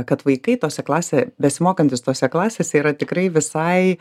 kad vaikai tose klasė besimokantys tose klasėse yra tikrai visai